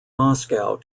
moscow